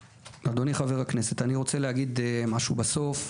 בסוף,